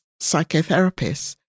psychotherapists